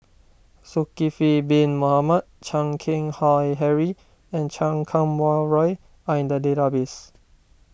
Zulkifli Bin Mohamed Chan Keng Howe Harry and Chan Kum Wah Roy are in the database